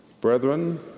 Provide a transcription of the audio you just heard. Brethren